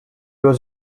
was